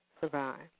survived